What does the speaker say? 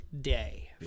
day